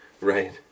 Right